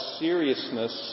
seriousness